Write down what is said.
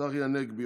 צחי הנגבי,